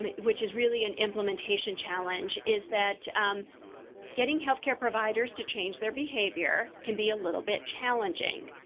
um which is really an implementation challenge, is that getting health care providers to change their behavior can be a little bit challenging.